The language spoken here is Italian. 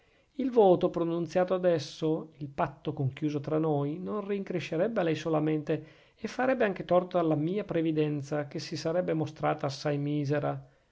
il voto pronunziato adesso il patto conchiuso tra noi non rincrescerebbe a lei solamente e farebbe anche torto alla mia previdenza che si sarebbe mostrata assai misera